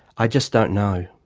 i just don't know.